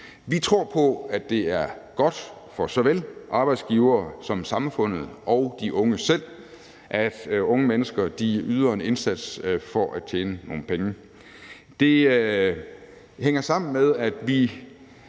Vi tror på, at det er godt for såvel arbejdsgivere som for samfundet og de unge selv, at unge mennesker yder en indsats for at tjene nogle penge. Det hænger sammen med, at vi